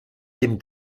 dem